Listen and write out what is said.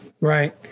Right